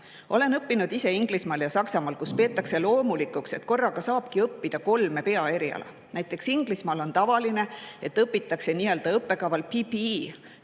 ise õppinud Inglismaal ja Saksamaal, kus peetakse loomulikuks, et korraga saab õppida kolme peaeriala. Näiteks Inglismaal on tavaline, et õpitakse nii-öelda õppekaval PPE